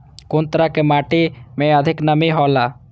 कुन तरह के माटी में अधिक नमी हौला?